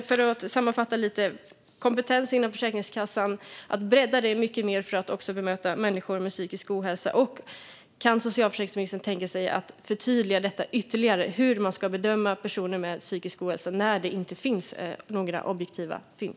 För att sammanfatta lite: Kan kompetensen inom Försäkringskassan breddas mycket mer för att bemöta människor med psykisk ohälsa, och kan socialförsäkringsministern tänka sig att förtydliga ytterligare hur man ska bedöma personer med psykisk ohälsa när det inte finns några objektiva fynd?